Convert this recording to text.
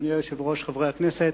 אדוני היושב-ראש, חברי הכנסת,